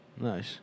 Nice